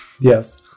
Yes